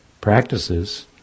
practices